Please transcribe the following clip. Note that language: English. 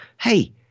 hey